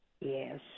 yes